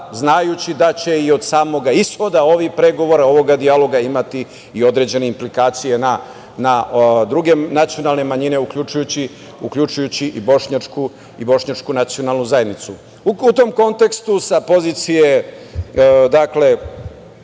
znajući da će i od samog ishoda ovih pregovora, ovog dijaloga imati i određene implikacije na druge nacionalne manjine uključujući i bošnjačku nacionalnu zajednicu.U tom kontekstu sa pozicije ove